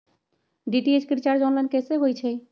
DTH के recharge online कैसे होईछई?